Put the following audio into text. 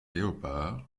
léopard